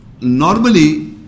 Normally